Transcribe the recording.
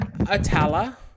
atala